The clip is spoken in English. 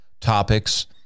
topics